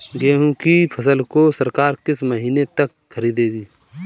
गेहूँ की फसल को सरकार किस महीने तक खरीदेगी?